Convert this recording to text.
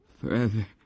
forever